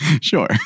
Sure